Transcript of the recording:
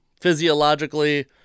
physiologically